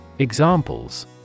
Examples